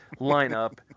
lineup